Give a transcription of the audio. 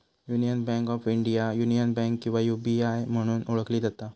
union Bank of India, Union Bank किंवा UBI म्हणून ओळखली जाता